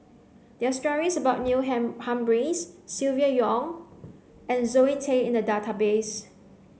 there are stories about Neil Humphreys Silvia Yong and Zoe Tay in the database